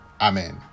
amen